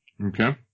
Okay